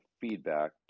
feedback